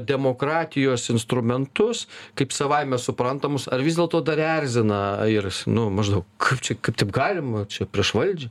demokratijos instrumentus kaip savaime suprantamus ar vis dėlto dar erzina ir nu maždaug kaip čia kaip taip galima čia prieš valdžią